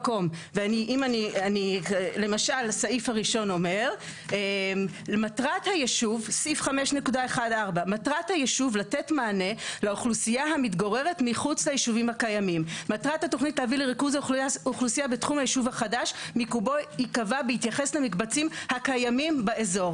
היום הם 4,000. זה מאמצים של המדינה שלא צלחו.